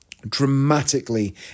dramatically